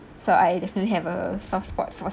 so I definitely have a soft spot for